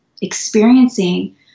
experiencing